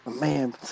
Man